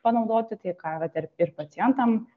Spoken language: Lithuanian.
panaudoti tai ką vat ir ir pacientam